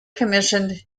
commissioned